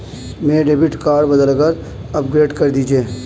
मेरा debit card बदलकर upgrade कर दीजिए